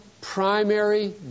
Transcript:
primary